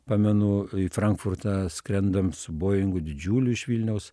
pamenu į frankfurtą skrendam su boingu didžiuliu iš vilniaus